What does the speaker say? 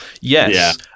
Yes